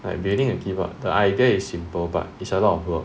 like building a keyboard the idea is simple but it's a lot of work